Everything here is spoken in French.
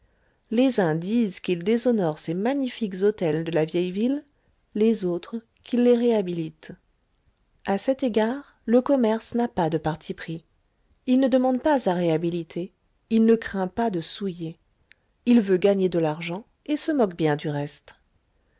les uns disent qu'il déshonore ces magnifiques hôtels de la vieille ville les autres qu'il les réhabilite a cet égard le commerce n'a pas de parti pris il ne demande pas à réhabiliter il ne craint pas de souiller il veut gagner de l'argent et se moque bien du reste